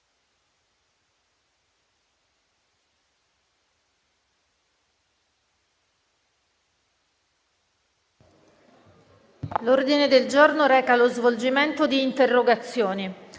L'ordine del giorno reca lo svolgimento di interrogazioni